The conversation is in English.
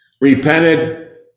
repented